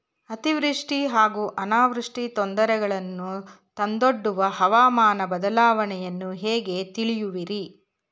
ಅತಿವೃಷ್ಟಿ ಹಾಗೂ ಅನಾವೃಷ್ಟಿ ತೊಂದರೆಗಳನ್ನು ತಂದೊಡ್ಡುವ ಹವಾಮಾನ ಬದಲಾವಣೆಯನ್ನು ಹೇಗೆ ತಿಳಿಯುವಿರಿ?